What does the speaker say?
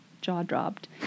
jaw-dropped